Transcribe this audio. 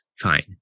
fine